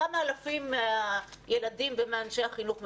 כמה אלפים מהילדים ומאנשי החינוך מבודדים,